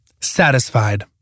Satisfied